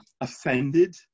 Offended